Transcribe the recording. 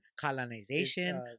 colonization